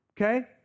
okay